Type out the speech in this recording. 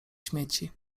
śmieci